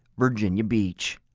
virginia beach.